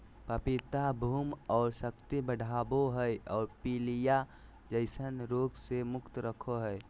पपीता भूख और शक्ति बढ़ाबो हइ और पीलिया जैसन रोग से मुक्त रखो हइ